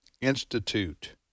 Institute